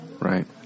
Right